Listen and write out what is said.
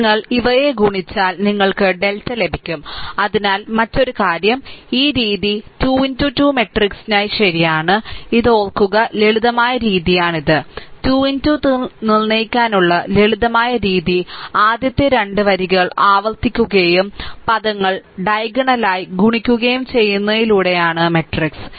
നിങ്ങൾ ഇവയെ ഗുണിച്ചാൽ നിങ്ങൾക്ക് ഡെൽറ്റ ലഭിക്കും അതിനാൽ മറ്റൊരു കാര്യം ഈ രീതി 2 2 മാട്രിക്സിനായി ശരിയാണ് ഇത് ഓർക്കുക ലളിതമായ രീതിയാണ് ഇത് 2 2 നിർണ്ണയിക്കാനുള്ള ലളിതമായ രീതി ആദ്യത്തെ 2 വരികൾ ആവർത്തിക്കുകയും പദങ്ങൾ ഡയഗണലായി ഗുണിക്കുകയും ചെയ്യുന്നതിലൂടെയാണ് മാട്രിക്സ്